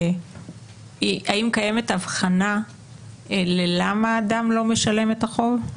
האם קיימת הבחנה בשאלה למה אדם לא משלם את החוב?